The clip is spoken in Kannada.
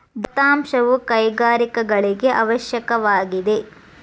ದತ್ತಾಂಶವು ಕೈಗಾರಿಕೆಗಳಿಗೆ ಅವಶ್ಯಕವಾಗಿದೆ